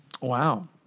Wow